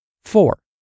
Four